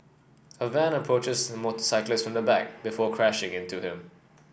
a van approaches the motorcyclist from the back before crashing into him